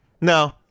no